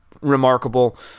remarkable